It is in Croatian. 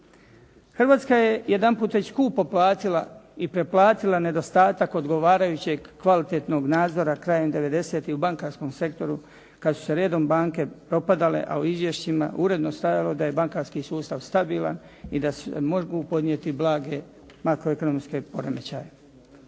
Hrvatska je jedanput već skupo platila i preplatila nedostatak odgovarajućeg kvalitetnog nadzora krajem devedesetih u bankarskom sektoru kad su redom banke propadale, a u izvješćima uredno stajalo da je bankarski sustav stabilan i da se mogu podnijeti blaga makro ekonomske poremećaje.